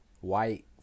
white